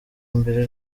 mbere